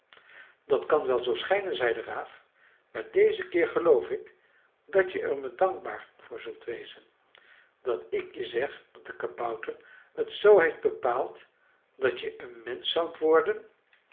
dat kan wel zoo schijnen zei de raaf maar dezen keer geloof ik dat je er me dankbaar voor zult wezen dat ik je zeg dat de kabouter het zoo heeft bepaald dat je een mensch zoudt worden